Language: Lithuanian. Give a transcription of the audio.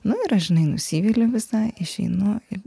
na ir žinai nusivili visa išeinu ir